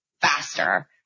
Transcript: faster